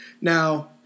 Now